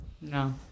No